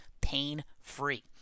pain-free